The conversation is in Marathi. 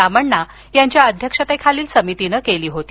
रामण्णा यांच्या अध्यक्षतेखालील समितीनं केली आहे